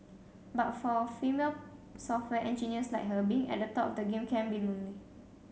but for female software engineers like her being at the top of the game can be lonely